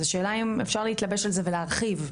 השאלה אם אפשר להתלבש עליו ולהרחיב?